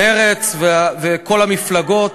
מרצ וכל המפלגות.